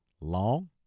long